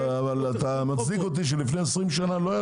אבל אתה מצדיק אותי שלפני 20 שנה לא היה